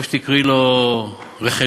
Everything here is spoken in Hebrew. או שתקראי לה רחלים.